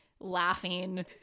laughing